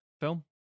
film